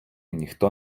ніхто